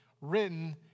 written